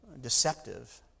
deceptive